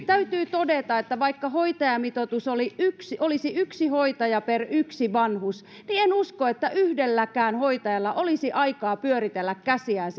täytyy todeta että vaikka hoitajamitoitus olisi yksi hoitaja per yksi vanhus niin en usko että yhdelläkään hoitajalla olisi aikaa pyöritellä käsiään